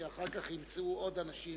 כי אחר כך ימצאו עוד אנשים